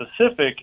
specific